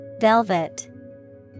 Velvet